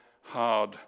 hard